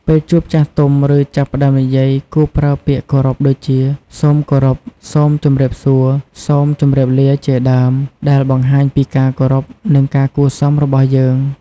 ពេលជួបចាស់ទុំ ឬចាប់ផ្ដើមនិយាយ គួរប្រើពាក្យគោរពដូចជា "សូមគោរព" "សូមជំរាបសួរ" "សូមជម្រាបលា" ជាដើម ដែលបង្ហាញពីការគោរព និងការគួរសមរបស់យើង។